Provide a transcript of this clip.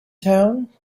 town